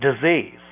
disease